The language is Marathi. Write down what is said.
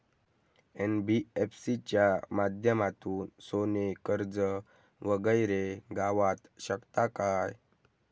एन.बी.एफ.सी च्या माध्यमातून सोने कर्ज वगैरे गावात शकता काय?